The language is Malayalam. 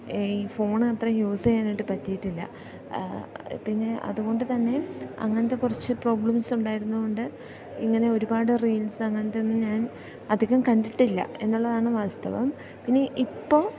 ഫോണ് അത്ര യൂസ് ചെയ്യാനായിട്ട് പറ്റിയിട്ടില്ല പിന്നെ അതുകൊണ്ട് തന്നെ അങ്ങനെത്തെ കുറച്ച് പ്രോബ്ലംസ് ഉണ്ടായിരുന്നതുകൊണ്ട് ഇങ്ങനെ ഒരുപാട് റീൽസ് അങ്ങനെത്തെ ഒന്നും ഞാൻ അധികം കണ്ടിട്ടില്ല എന്നുള്ളതാണ് വാസ്തവം പിന്നെ ഇപ്പോൾ